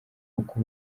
uko